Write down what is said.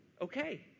okay